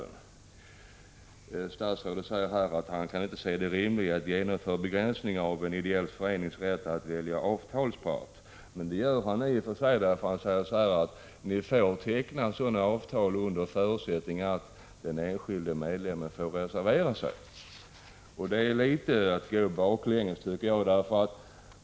Statsrådet säger att han inte kan se det rimliga i att genomföra begränsningar i en ideell förenings rätt att välja avtalspart. Men detta är faktiskt just vad han gör. Han säger nämligen: Ni får teckna sådana avtal, under förutsättning att den enskilde medlemmen får reservera sig. Det är att gå litet baklänges till väga, tycker jag.